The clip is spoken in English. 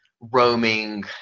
roaming